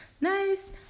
Nice